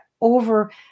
over